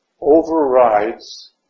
overrides